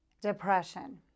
depression